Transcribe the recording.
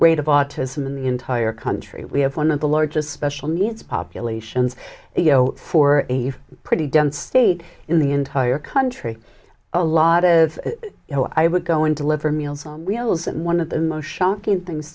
rate of autism in the entire country we have one of the largest special needs populations you know for a pretty dense state in the entire country a lot of you know i would go and deliver meals on wheels and one of the mos